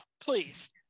please